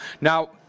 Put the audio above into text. now